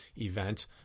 event